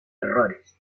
errores